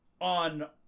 on